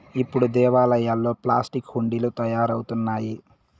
ఇప్పుడు దేవాలయాల్లో ప్లాస్టిక్ హుండీలు తయారవుతున్నాయి